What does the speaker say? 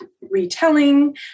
retelling